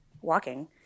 walking